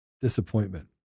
disappointment